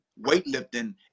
weightlifting